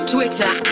Twitter